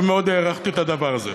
ומאוד הערכתי את הדבר הזה.